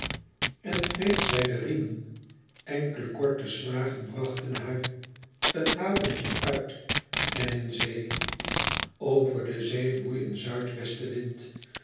en greep zij de riemen enkele korte slagen brachten haar het haventje uit en in zee over de zee